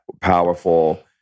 powerful